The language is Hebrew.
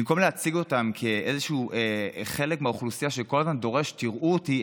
במקום להציג אותם כאיזשהו חלק מהאוכלוסייה שכל הזמן דורש: תראו אותי,